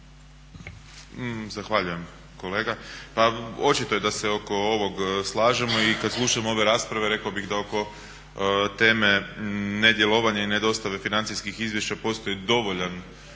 Zahvaljujem kolega. Pa očito je da se oko ovog slažemo i kada slušam ove rasprave rekao bih da oko teme nedjelovanja i nedostave financijskih izvješća postoji dovoljan